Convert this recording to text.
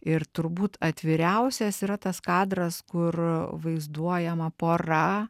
ir turbūt atviriausias yra tas kadras kur vaizduojama pora